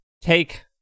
take